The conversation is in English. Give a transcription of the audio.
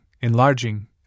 enlarging